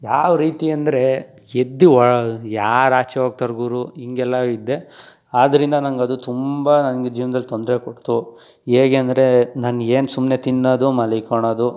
ಯಾವ ರೀತಿ ಅಂದರೆ ಎದ್ದು ಯಾರು ಆಚೆ ಹೋಗ್ತಾರೆ ಗುರು ಹಿಂಗೆಲ್ಲ ಇದ್ದೆ ಆದ್ದರಿಂದ ನಂಗೆ ಅದು ತುಂಬ ನನಗೆ ಜೀವ್ನ್ದಲ್ಲಿ ತೊಂದರೆ ಕೊಡ್ತು ಹೇಗೆ ಅಂದರೆ ನಾನು ಏನು ಸುಮ್ಮನೆ ತಿನ್ನೋದು ಮಲಿಕಣೋದು